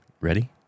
ready